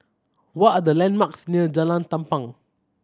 what are the landmarks near Jalan Tampang